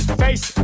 face